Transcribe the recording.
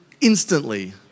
instantly